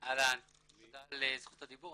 תודה על זכות הדיבור.